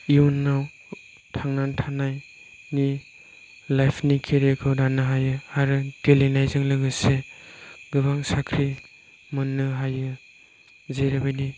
इयुनाव थांनानै थानायनि लाइफ नि केरियार खौ दानो हायो आरो गेलेनायजों लोगोसे गोबां साख्रि मोननो हायो जेरैबायदि